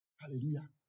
Hallelujah